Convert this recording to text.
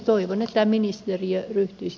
toivon että ministeriö ryhtyisi